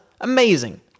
Amazing